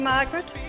Margaret